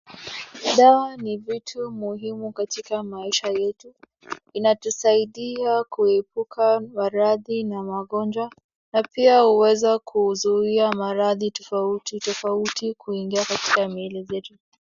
Dawa ni vitu muhimu katika maisha yetu inatusaidia kuepuka maradhi na magonjwa. Na pia hueza kuzuia maradhi tofauti tofauti kuingia katika miili zetu.